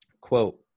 quote